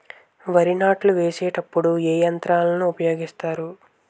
వరి నాట్లు వేసేటప్పుడు ఏ యంత్రాలను ఉపయోగిస్తారు?